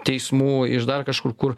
teismų iš dar kažkur kur